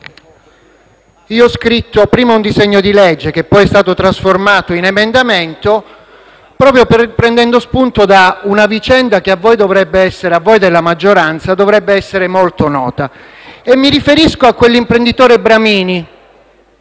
ho scritto un disegno di legge, poi trasformato in emendamento, proprio prendendo spunto da una vicenda che a voi della maggioranza dovrebbe essere molto nota. Mi riferisco all'imprenditore Bramini,